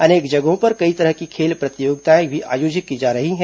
अनेक जगहों पर कई तरह की खेल प्रतियोगिताएं भी आयोजित की जा रही हैं